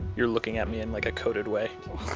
you're looking at me in like a coded way